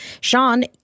Sean